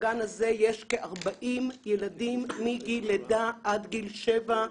בגן הזה יש כ-40 ילדים מגיל לידה עד גיל שבע,